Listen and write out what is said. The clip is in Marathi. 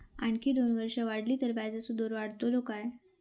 आणखी दोन वर्षा वाढली तर व्याजाचो दर वाढतलो काय?